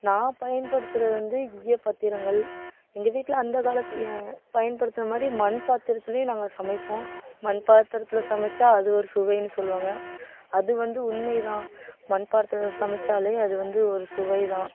நான் பயன்படுத்துவது வந்து ஈயப் பாத்திரங்கள் எங்கள் வீட்டில் அந்த காலத்து பயன்படுத்தின மாதிரி மண்பாத்திரத்துலேயே நாங்கள் சமைப்போம் மண் பாத்திரத்தில் சமைச்சா அது ஒரு சுவைன்னு சொல்லுவாங்க அது வந்து உண்மை தான் மண் பாத்திரத்தில் சமைச்சாலே அது வந்து ஒரு சுவை தான்